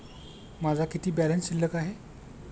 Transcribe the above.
माझा किती बॅलन्स शिल्लक आहे?